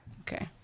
Okay